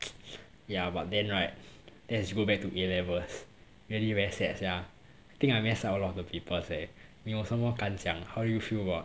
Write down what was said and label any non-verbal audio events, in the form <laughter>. <noise> ya but then right let's go back to A levels really very sad sia think I mess up a lot of the papers eh you 你有什么感想 how do feel about